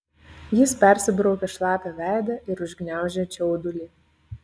jis persibraukė šlapią veidą ir užgniaužė čiaudulį